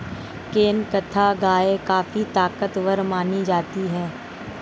केंकथा गाय काफी ताकतवर मानी जाती है